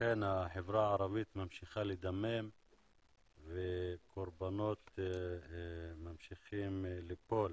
אכן החברה הערבית ממשיכה לדמם וקורבנות ממשיכים ליפול,